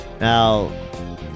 Now